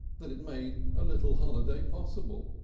that it made a little holiday possible.